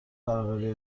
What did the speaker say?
برقراری